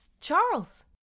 Charles